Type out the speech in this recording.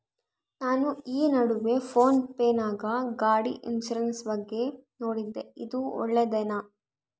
ನಾನು ಈ ನಡುವೆ ಫೋನ್ ಪೇ ನಾಗ ಗಾಡಿ ಇನ್ಸುರೆನ್ಸ್ ಬಗ್ಗೆ ನೋಡಿದ್ದೇ ಇದು ಒಳ್ಳೇದೇನಾ?